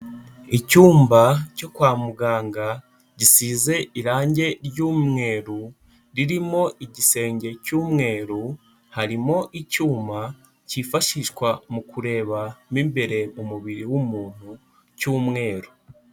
Icyumba cyo kwa muganga gisize irangi ry'umweru, ririmo igisenge cy'umweru, harimo icyuma kifashishwa mu kureba mo imbere mu mubiri w'umuntu cy'umweru.